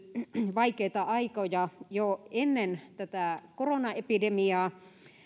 vaikeita aikoja jo ennen tätä koronaepidemiaa